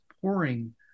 pouring